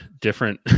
different